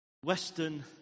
Western